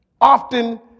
often